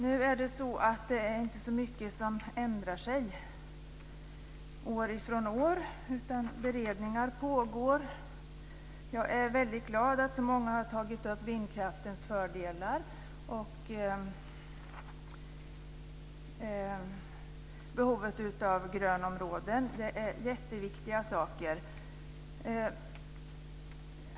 Nu är det inte så mycket som ändrar sig år från år, utan beredningar pågår. Jag är glad att så många har tagit upp vindkraftens fördelar och behovet av grönområden. Det är jätteviktiga saker.